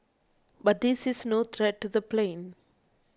but this is no threat to the plane